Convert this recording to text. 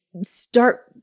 Start